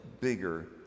bigger